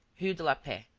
rue de la paix.